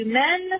men